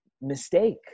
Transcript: mistake